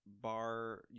bar